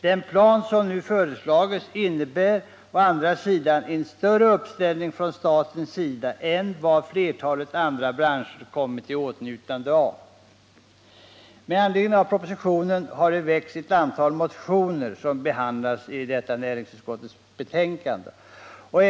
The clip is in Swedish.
Den plan som nu föreslagits innebär å andra sidan en större satsning från statens sida än vad flertalet andra branscher kommit i åtnjutande av. Med anledning av propositionen har det väckts ett antal motioner som behandlas i detta betänkande från näringsutskottet.